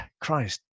Christ